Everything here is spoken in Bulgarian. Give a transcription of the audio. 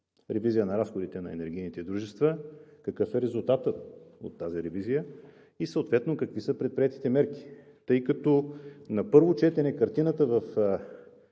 ревизия на разходите на енергийните дружества? Какъв е резултатът от тази ревизия? Съответно какви са предприетите мерки, тъй като на първо четене картината в